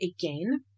again